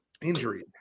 injury